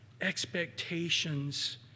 expectations